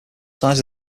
size